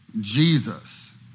Jesus